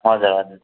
हजुर हजुर